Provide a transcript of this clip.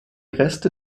reste